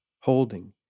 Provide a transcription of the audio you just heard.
holding